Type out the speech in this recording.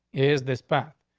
is this path.